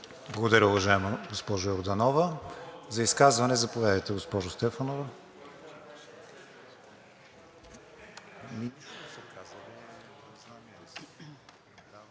Благодаря, уважаема госпожо Йорданова. За изказване? Заповядайте, госпожо Рангелова.